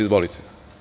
Izvolite.